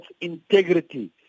integrity